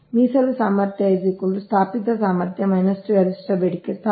ಈಗ ಭಾಗ c ಮೀಸಲು ಸಾಮರ್ಥ್ಯ ಸ್ಥಾಪಿತ ಸಾಮರ್ಥ್ಯ ಗರಿಷ್ಠ ಬೇಡಿಕೆ